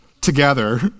together